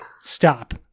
stop